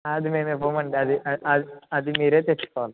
అది మేమివ్వమండి అది అది మీరే తెచ్చుకోవాలి